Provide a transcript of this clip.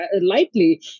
lightly